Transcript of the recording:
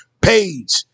page